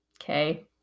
Okay